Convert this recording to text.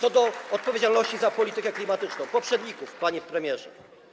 To w ramach odpowiedzialności za politykę klimatyczną poprzedników, panie premierze.